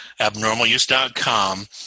abnormaluse.com